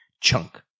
chunk